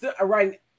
right